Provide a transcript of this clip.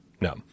No